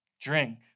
drink